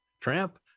tramp